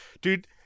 Dude